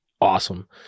awesome